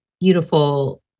beautiful